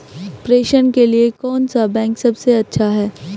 प्रेषण के लिए कौन सा बैंक सबसे अच्छा है?